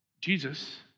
Jesus